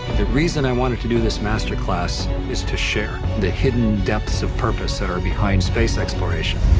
the reason i wanted to do this masterclass is to share the hidden depths of purpose that are behind space exploration.